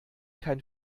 kein